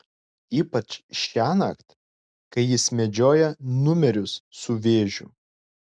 ypač šiąnakt kai jis medžioja numerius su vėžiu